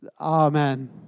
Amen